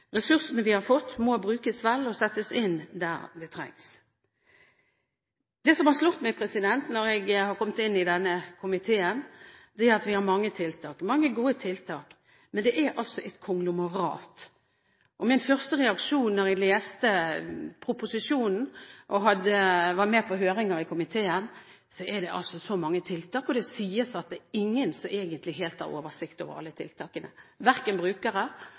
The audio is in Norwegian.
Ressursene vi har fått, må brukes vel og settes inn der det trengs. Det som har slått meg etter at jeg kom inn i denne komiteen, er at vi har mange gode tiltak, men det er et konglomerat. Min første reaksjon da jeg leste proposisjonen og var med på høringer i komiteen, var at det var så mange tiltak. Det sies at det er ingen som egentlig helt har oversikt over alle tiltakene, verken brukere